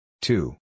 Two